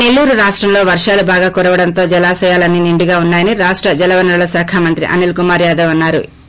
నెల్లూరు రాష్టంలో వర్షాలు బాగా కురవడంతో జలాశయాలన్ని నిండుగా ఉన్సా యని రాష్ట జల వనరుల శాఖ మంత్రి అనిల్ కుమార్ యాదవ్ అన్నా రు